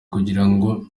kugirango